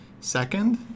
second